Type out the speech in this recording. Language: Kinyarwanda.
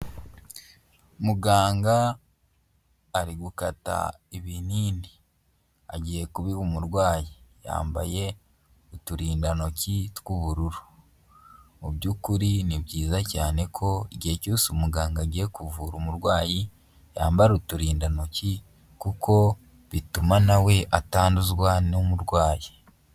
Muganga ari gukata ibinini, agiye kubiha umurwayi yambaye uturindantoki tw'ubururu. Mu by'ukuri ni byiza cyane ko igihe cyose umuganga agiye kuvura umurwayi yambara uturindantoki, kuko bituma nawe atanduzwa n'umurwayi.